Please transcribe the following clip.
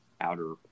outer